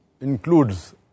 includes